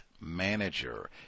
manager